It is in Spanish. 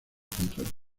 contrario